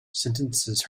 sentences